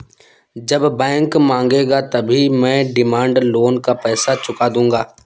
जब बैंक मांगेगा तभी मैं डिमांड लोन का पैसा चुका दूंगा